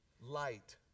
light